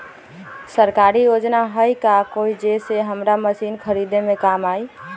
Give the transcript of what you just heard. सरकारी योजना हई का कोइ जे से हमरा मशीन खरीदे में काम आई?